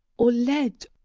or lead,